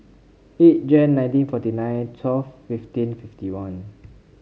eight Jan nineteen forty nine twelve fifteen fifty one